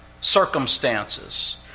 circumstances